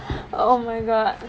oh my god